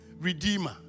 Redeemer